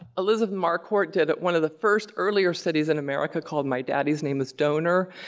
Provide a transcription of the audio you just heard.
elizabeth marquardt did one of the first earlier studies in america called my daddy's name is donor,